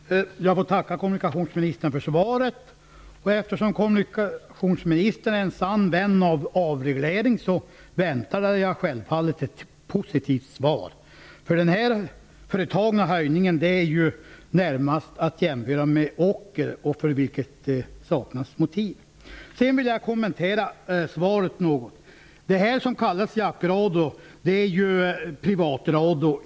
Fru talman! Jag ber att få tacka kommunikationsministern för svaret. Eftersom kommunikationsministern är en sann vän av avreglering väntade jag mig självfallet ett positivt svar. Den företagna avgiftshöjningen är närmast att jämföra med ocker som det saknas motiv för. Jag vill kommentera svaret något. Det som kallas jaktradio är egentligen privatradio.